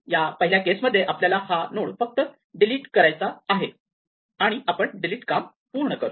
या पहिल्या केसमध्ये आपल्याला फक्त हा लिफ नोड काढायचे आहे आणि आपण डिलीट काम पूर्ण करतो